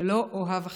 שלא אוהב אחרת".